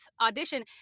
audition